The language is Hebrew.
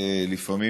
לפעמים,